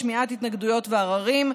שמיעת התנגדויות ועררים,